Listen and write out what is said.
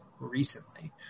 recently